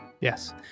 Yes